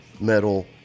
metal